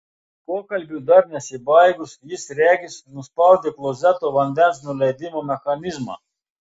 pokalbiui dar nesibaigus jis regis nuspaudė klozeto vandens nuleidimo mechanizmą